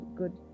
good